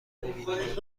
ببینید